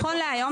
נכון להיום,